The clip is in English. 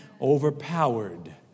overpowered